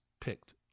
picked